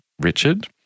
Richard